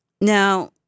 Now